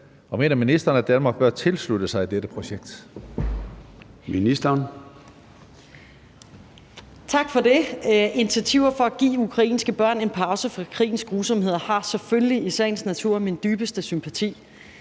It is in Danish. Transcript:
og mener ministeren, at Danmark bør tilslutte sig dette projekt?